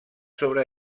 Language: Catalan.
sobre